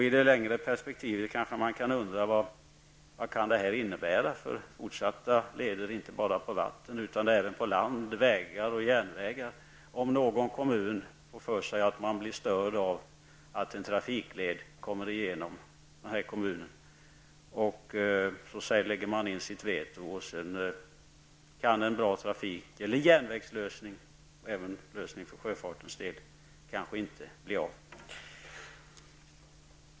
I det längre perspektivet kan man undra vad det kommer att innebära för fortsatta leder inte bara på vatten utan även på land, på vägar och järnvägar, om någon kommun får för sig att man blir störd av att få en trafikled genom kommunen. Då lägger man in sitt veto och på så sätt kanske en bra trafik eller järnvägslösning eller lösning för sjöfartens del inte blir av.